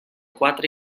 quatre